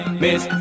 miss